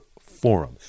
forum